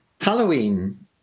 Halloween